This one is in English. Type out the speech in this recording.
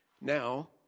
Now